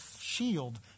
shield